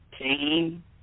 team